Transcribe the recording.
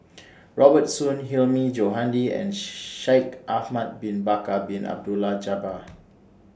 Robert Soon Hilmi Johandi and Shaikh Ahmad Bin Bakar Bin Abdullah Jabbar